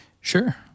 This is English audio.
sure